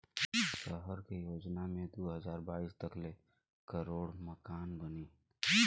सहर के योजना मे दू हज़ार बाईस तक ले करोड़ मकान बनी